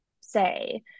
say